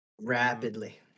Rapidly